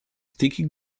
sticky